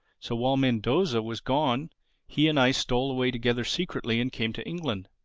so while mendoza was gone he and i stole away together secretly and came to england.